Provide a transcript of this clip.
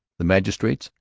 the magistrates,